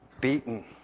beaten